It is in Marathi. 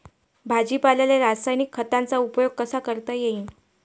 भाजीपाल्याले रासायनिक खतांचा उपयोग कसा करता येईन?